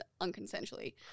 unconsensually